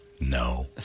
No